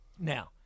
Now